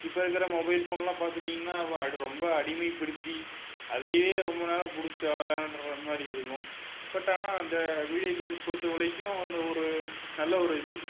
இப்போது இருக்கிற மொபைல் ஃபோன்லாம் பார்த்துட்டீங்கன்னா ரொம்ப அடிமைப்படுத்தி அதையே ரொம்ப நேரம் பிடிச்சிட்டு விளையாண்டுருக்க மாதிரி இருக்கும் பட் ஆனால் அந்த வீடியோ கேம்ஸ் கொடுத்து வரைக்கும் அந்த ஒரு நல்ல ஒரு இது